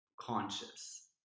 conscious